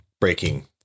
breaking